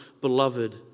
beloved